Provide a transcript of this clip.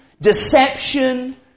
deception